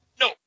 no